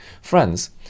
friends